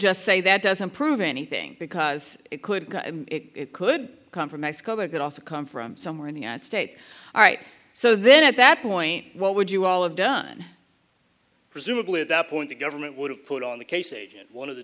just say that doesn't prove anything because it could it could come from mexico but could also come from somewhere in the united states all right so then at that point what would you all of done presumably at that point the government would have put on the